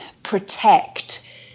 protect